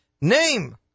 name